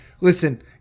Listen